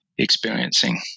experiencing